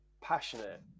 passionate